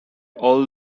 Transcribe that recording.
all